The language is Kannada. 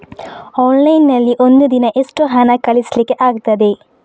ಆನ್ಲೈನ್ ನಲ್ಲಿ ಒಂದು ದಿನ ಎಷ್ಟು ಹಣ ಕಳಿಸ್ಲಿಕ್ಕೆ ಆಗ್ತದೆ?